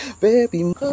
Baby